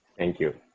thank you